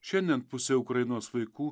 šiandien pusė ukrainos vaikų